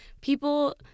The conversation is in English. People